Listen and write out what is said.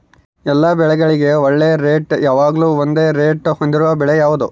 ಎಲ್ಲ ಬೆಳೆಗಳಿಗೆ ಒಳ್ಳೆ ರೇಟ್ ಯಾವಾಗ್ಲೂ ಒಂದೇ ರೇಟ್ ಹೊಂದಿರುವ ಬೆಳೆ ಯಾವುದು?